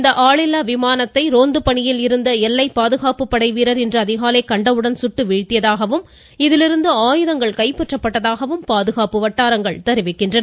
இந்த ஆளில்லா விமானத்தை ரோந்து பணியில் இருந்த எல்லை பாதுகாப்பு படை வீரர் இன்று அதிகாலை கண்டவுடன் சுட்டு வீழ்த்தியதாகவும் இதிலிருந்து ஆயுதங்கள் கைப்பற்றப்பட்டதாகவும் பாதுகாப்பு வட்டாரங்கள் தெரிவிக்கின்றன